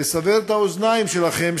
לסבר את האוזניים שלכם,